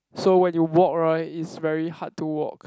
so when you walk right is very hard to walk